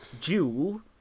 Jewel